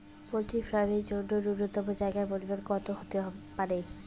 Poultry farm এর জন্য নূন্যতম জায়গার পরিমাপ কত হতে পারে?